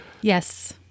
Yes